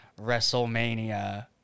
WrestleMania